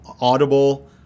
Audible